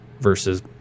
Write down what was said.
versus